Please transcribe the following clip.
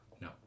No